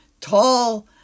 tall